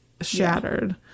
shattered